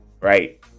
Right